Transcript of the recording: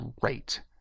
great